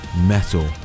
metal